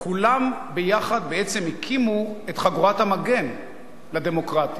כולן ביחד בעצם הקימו את חגורת המגן לדמוקרטיה,